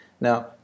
Now